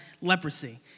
leprosy